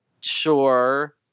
sure